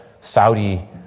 Saudi